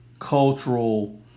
cultural